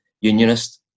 unionist